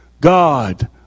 God